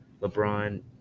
LeBron